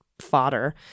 fodder